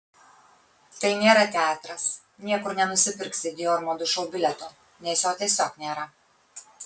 tai nėra teatras niekur nenusipirksi dior madų šou bilieto nes jo tiesiog nėra